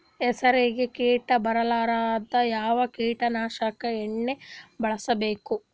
ಹೆಸರಿಗಿ ಕೀಟ ಬರಲಾರದಂಗ ಯಾವ ಕೀಟನಾಶಕ ಎಣ್ಣಿಬಳಸಬೇಕು?